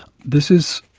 this is,